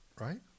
right